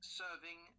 serving